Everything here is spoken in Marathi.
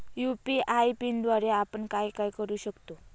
यू.पी.आय पिनद्वारे आपण काय काय करु शकतो?